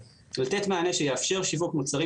תמיד יש איזה שהוא סיכון שאריתי,